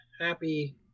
happy